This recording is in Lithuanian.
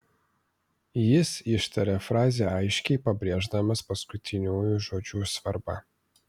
jis ištarė frazę aiškiai pabrėždamas paskutiniųjų žodžių svarbą